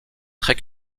très